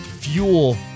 fuel